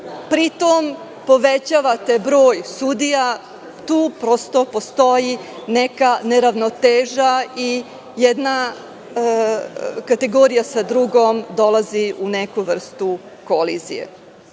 pri tom, povećate broj sudija. Tu prosto postoji neka neravnoteža i jedna kategorija sa drugom dolazi u neku vrstu